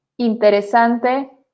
interesante